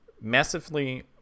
massively